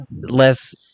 less